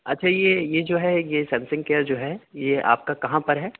اچھا یہ یہ جو ہے یہ سمسنگ کیئر جو ہے یہ آپ کا کہاں پر ہے